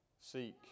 seek